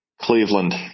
Cleveland